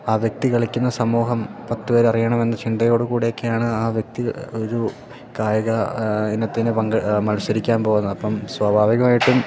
ആ വ്യക്തി കളിക്കുന്ന സമൂഹം പത്ത് പേരറിയണമെന്ന് ചിന്തയോട് കൂടെയൊക്കെയാണ് ആ വ്യക്തി ഒരു കായിക ഇനത്തിന് പങ്കെ മത്സരിക്കാൻ പോകുന്നത് അപ്പം സ്വാഭാവികമായിട്ടും